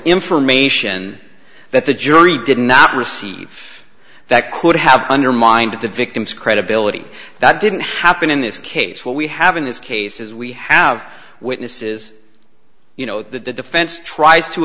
information that the jury did not receive that could have undermined the victim's credibility that didn't happen in this case what we have in this case is we have witnesses you know that the defense tries to